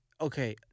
okay